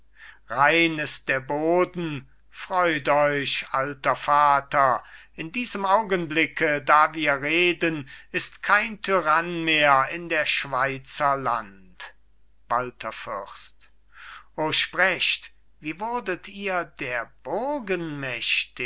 ist der boden freut euch alter vater in diesem augenblicke da wir reden ist kein tyrann mehr in der schweizer land walther fürst o sprecht wie wurdet ihr der